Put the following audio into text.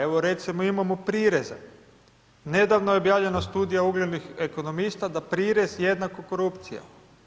Evo recimo imamo prireza, nedavno je objavljena studija uglednih ekonomista, da prirez jednako korupcija.